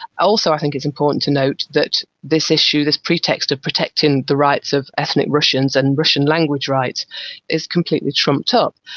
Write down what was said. also i think it's important to note that this issue, this pretext of protecting the rights of ethnic russians and russian language rights is completely trumped up.